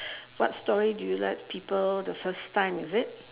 what story do you like people the first time is it